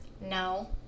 no